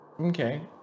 Okay